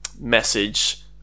message